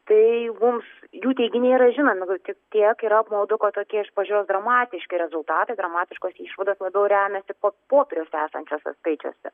tai mums jų teiginiai yra žinomi tik tiek yra apmaudu kad tokie iš pažiūros dramatiški rezultatai dramatiškos išvados labiau remiasi po popieriuose esančiuose skaičiuose